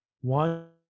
one